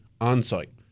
on-site